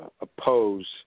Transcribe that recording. oppose